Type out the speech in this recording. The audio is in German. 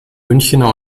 münchener